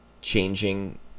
changing